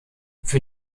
für